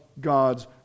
God's